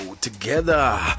together